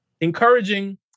encouraging